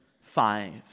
five